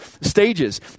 stages